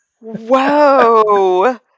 Whoa